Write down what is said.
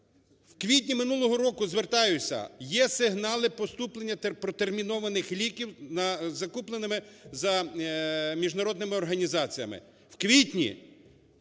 в квітні минулого року, звертаюся, є сигнали поступлення протермінованих ліків, закупленими за… міжнародними організаціями. В квітні!